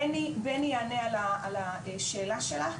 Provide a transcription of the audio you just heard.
בני יענה על השאלה שלך,